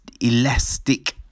elastic